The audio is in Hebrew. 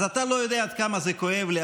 אז אתה לא יודע עד כמה זה כואב לי,